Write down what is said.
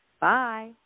Bye